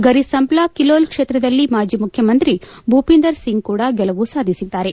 ಗರಿ ಸಂಪ್ಲಾ ಕಿಲೋಲ್ ಕ್ಷೇತ್ರದಲ್ಲಿ ಮಾಜಿ ಮುಖ್ಯಮಂತ್ರಿ ಬೂಪಿಂದರ್ ಸಿಂಗ್ ಕೂಡಾ ಗೆಲುವು ಸಾಧಿಸಿದ್ದಾರೆ